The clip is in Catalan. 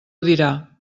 dirà